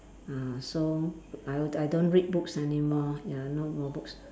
ah so I w~ I don't read books any more ya no more books